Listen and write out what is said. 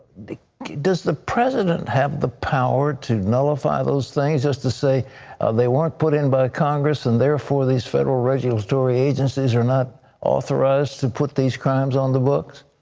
does the president have the power to nullify those things? just to say they weren't put in by congress and therefore these federal regulatory agencies are not authorized to put these crimes on the books?